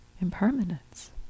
impermanence